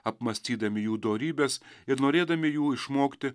apmąstydami jų dorybes ir norėdami jų išmokti